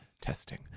testing